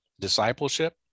discipleship